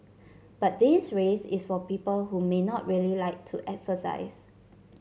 but this race is for people who may not really like to exercise